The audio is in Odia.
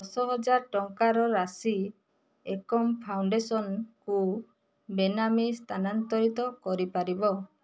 ଦଶହଜାର ଟଙ୍କାର ରାଶି ଏକମ୍ ଫାଉଣ୍ଡେସନ୍କୁ ବେନାମୀ ସ୍ଥାନାନ୍ତରିତ କରିପାରିବ